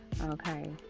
okay